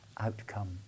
outcome